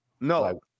no